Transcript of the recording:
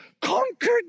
Conquered